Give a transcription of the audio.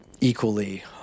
equally